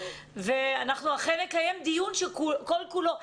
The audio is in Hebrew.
ואנחנו אכן נקיים דיון שכל כולו,